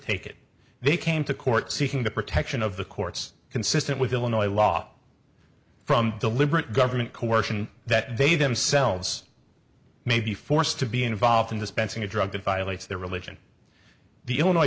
take it they came to court seeking the protection of the courts consistent with illinois law from deliberate government coercion that they themselves may be forced to be involved in this benching a drug that violates their religion the illinois